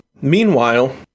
meanwhile